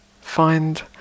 Find